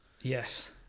Yes